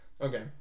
Okay